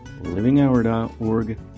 livinghour.org